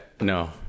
no